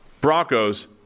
Broncos